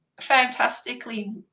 fantastically